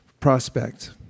prospect